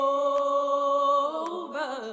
over